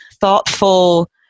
thoughtful